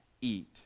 eat